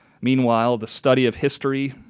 meanwhile the study of history,